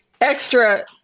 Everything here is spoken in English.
extra